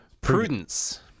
Prudence